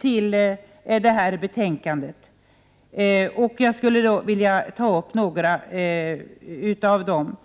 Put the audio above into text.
till betänkandet. Jag skulle vilja ta upp några av dem.